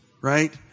right